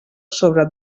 sobre